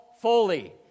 fully